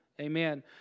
Amen